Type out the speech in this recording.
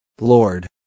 Lord